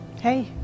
Hey